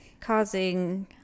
Causing